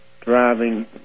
driving